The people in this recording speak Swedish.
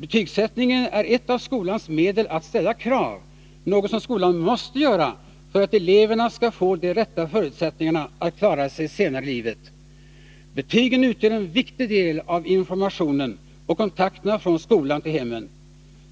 Betygssättningen är ett av skolans medel att ställa krav, något som skolan måste göra för att eleverna skall få de rätta förutsättningarna att klara sig senare i livet. Betygen utgör en viktig del av skolans information och kontakterna med hemmen.